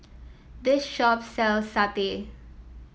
this shop sells satay